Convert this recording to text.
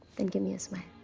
then give me a smile.